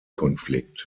konflikt